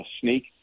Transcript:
sneak